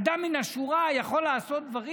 אדם מן השורה יכול לעשות דברים,